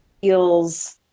feels